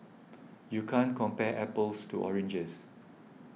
you can't compare apples to oranges